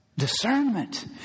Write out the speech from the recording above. discernment